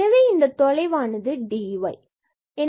எனவே இந்த தொலைவானது dy ஆகும்